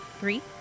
Three